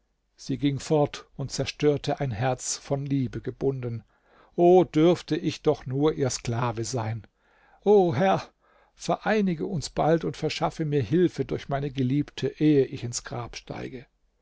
sie ging fort und zerstörte ein herz von liebe gebunden o dürfte ich doch nur ihr sklave sein o herr vereinige uns bald und verschaffe mir hilfe durch meine geliebte ehe ich ins grab steige